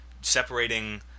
separating